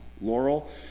Laurel